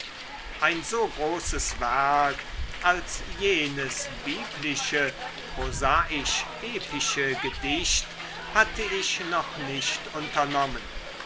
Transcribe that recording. ein so großes werk als jenes biblische prosaisch epische gedicht hatte ich noch nicht unternommen